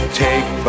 take